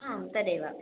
आं तदेव